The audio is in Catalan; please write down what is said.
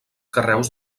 carrers